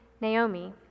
Naomi